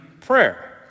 prayer